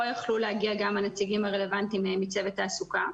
יכלו להגיע גם הנציגים הרלוונטיים מצוות תעסוקה.